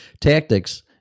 Tactics